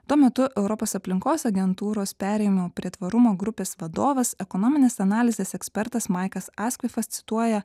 tuo metu europos aplinkos agentūros perėjimo prie tvarumo grupės vadovas ekonominės analizės ekspertas maikas askvifas cituoja